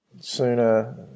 sooner